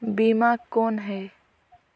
बीमा कौन है?